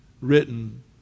written